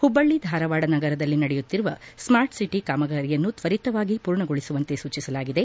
ಹುಬ್ಬಳ್ಳಿ ಧಾರವಾಡ ನಗರದಲ್ಲಿ ನಡೆಯುತ್ತಿರುವ ಸ್ಮಾರ್ಟ್ಸಿಟಿ ಕಾಮಗಾರಿಯನ್ನು ತ್ವರಿತವಾಗಿ ಪೂರ್ಣಗೊಳಿಸುವಂತೆ ಸೂಚಿಸಲಾಗಿದೆ